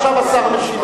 עכשיו השר משיב.